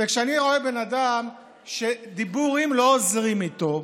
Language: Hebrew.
וכשאני רואה בן אדם שדיבורים לא עוזרים איתו,